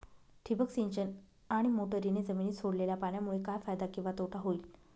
ठिबक सिंचन आणि मोटरीने जमिनीत सोडलेल्या पाण्यामुळे काय फायदा किंवा तोटा होईल?